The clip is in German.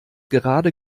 gerade